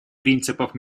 принципов